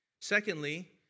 Secondly